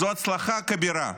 זו הצלחה כבירה.